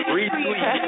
Retweet